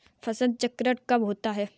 फसल चक्रण कब होता है?